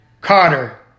Carter